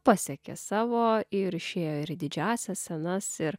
pasiekė savo ir išėjo ir didžiąsias scenas ir